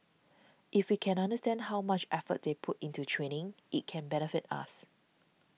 if we can understand how much effort they put into training it can benefit us